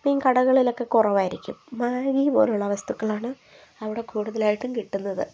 main കടകളിലൊക്കെ കുറവായിരിക്കും Maggi പോലുള്ള വസ്തുക്കളാണ് അവിടെ കൂടുതലായിട്ടും കിട്ടുന്നത്